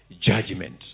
judgment